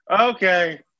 Okay